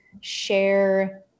share